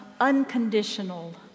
unconditional